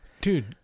Dude